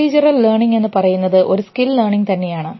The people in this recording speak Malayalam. പ്രൊസീജറൽ ലേണിങ് എന്ന് പറയുന്നത് ഒരു സ്കിൽ ലേണിങ് തന്നെയാണ്